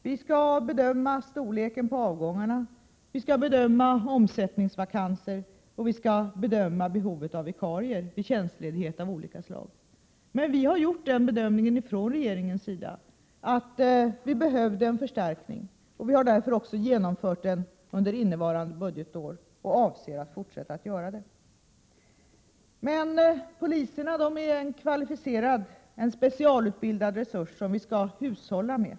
Vi skall bedöma storleken på avgångarna, omsättningsvakanser och behov av vikarier vid tjänstledighet av olika slag. Vi har gjort den bedömningen från regeringen att det behövs en förstärkning. Vi har därför genomfört en sådan förstärkning under innevarande budgetår och avser att fortsätta med förstärkningar. Men poliserna är en kvalificerad och specialutbildad resurs som vi skall hushålla med.